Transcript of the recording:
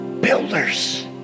Builders